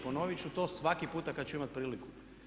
Ponovit ću to svaki puta kad ću imati priliku.